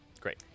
Great